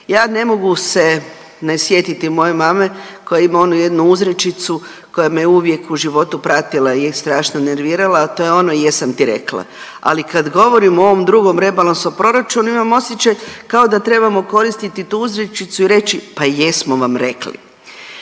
Ja ne mogu se ne sjetiti moje mame koja ima onu jednu uzrečicu koja me uvijek u životu pratila i strašno nervirala, a to je ono jesam ti rekla, ali kad govorimo o ovom drugom rebalansu o proračunu, imam osjećaj kao da trebamo koristiti tu uzrečicu i rekli, pa jesmo vam rekli.